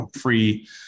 free